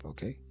Okay